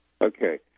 Okay